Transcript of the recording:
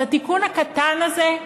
אז התיקון הקטן הזה,